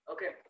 Okay